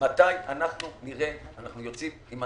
מתי אנחנו נראה את זה.